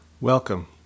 Welcome